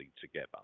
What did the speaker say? together